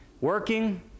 Working